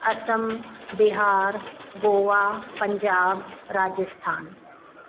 Assam Bihar Goa Punjab Rajasthan